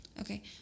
okay